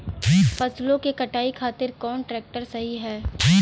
फसलों के कटाई खातिर कौन ट्रैक्टर सही ह?